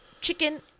Chicken